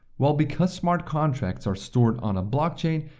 well because smart contracts are stored on a blockchain,